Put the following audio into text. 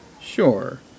Sure